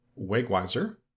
Wegweiser